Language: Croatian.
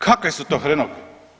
Kakve su to hrenovke?